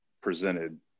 presented